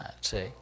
see